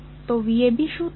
તો VAB શું હશે